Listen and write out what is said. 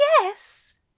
yes